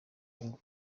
bihugu